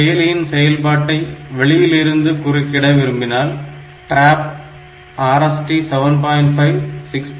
செயலியின் செயல்பாட்டை வெளியிலிருந்து குறுக்கிட விரும்பினால் அதற்கு TRAP RST 7